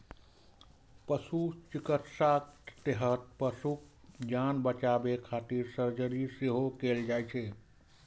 पशु चिकित्साक तहत पशुक जान बचाबै खातिर सर्जरी सेहो कैल जाइ छै